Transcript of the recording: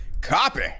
Copy